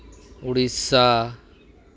Odisha